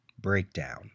Breakdown